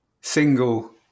single